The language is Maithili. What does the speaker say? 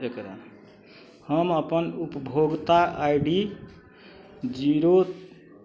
हम अपन उपभोक्ता आइ डी जीरो